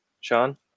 Sean